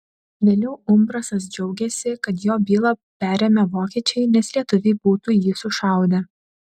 vėliau umbrasas džiaugėsi kad jo bylą perėmė vokiečiai nes lietuviai būtų jį sušaudę